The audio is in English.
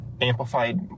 amplified